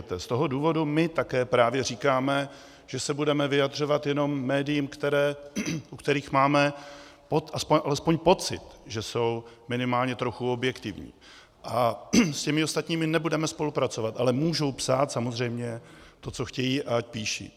Z toho důvodu my také právě říkáme, že se budeme vyjadřovat jenom médiím, u kterých máme alespoň pocit, že jsou minimálně trochu objektivní, a s těmi ostatními nebudeme spolupracovat, ale můžou samozřejmě psát to, co chtějí, a píší.